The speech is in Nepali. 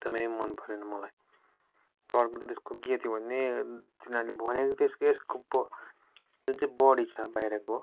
एकदमै मनपरेन मलाई र अर्को चाहिँ त्यसको के थियो भने तिनीहरूले जुन चाहिँ बडी छ बाहिरको